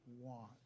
want